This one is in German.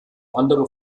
andere